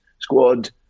squad